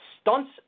stunts